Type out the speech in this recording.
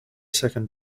second